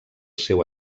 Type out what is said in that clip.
seu